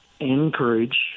encourage